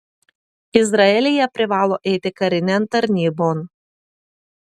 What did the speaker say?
izraelyje privalo eiti karinėn tarnybon